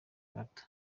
gato